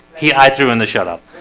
he i threw in the shut up